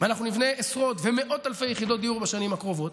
ואנחנו נבנה עשרות ומאות אלפי יחידות דיור בשנים הקרובות,